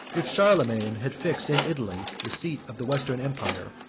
if charlemagne had fixed in italy the seat of the western empire,